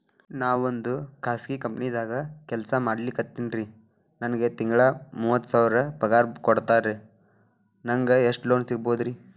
ನಾವೊಂದು ಖಾಸಗಿ ಕಂಪನಿದಾಗ ಕೆಲ್ಸ ಮಾಡ್ಲಿಕತ್ತಿನ್ರಿ, ನನಗೆ ತಿಂಗಳ ಮೂವತ್ತು ಸಾವಿರ ಪಗಾರ್ ಕೊಡ್ತಾರ, ನಂಗ್ ಎಷ್ಟು ಲೋನ್ ಸಿಗಬೋದ ರಿ?